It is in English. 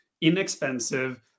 inexpensive